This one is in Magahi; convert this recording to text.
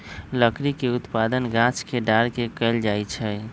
लकड़ी के उत्पादन गाछ के डार के कएल जाइ छइ